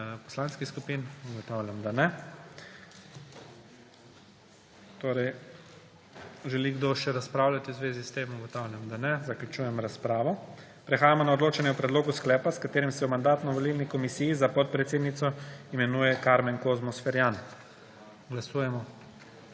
poslanskih skupin? Ugotavljam, da ne. Želi kdo še razpravljati v zvezi s tem? Ugotavljam, da ne. Zaključujem razpravo. Prehajamo na odločanje o predlogu sklepa, s katerim se v Mandatno-volilni komisiji za podpredsednico imenuje Karmen Kozmus Ferjan. Glasujemo.